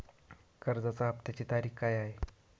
कर्जाचा हफ्त्याची तारीख काय आहे?